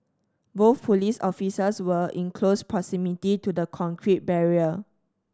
both police officers were in close proximity to the concrete barrier